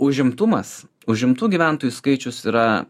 užimtumas užimtų gyventojų skaičius yra